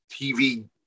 TV